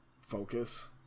focus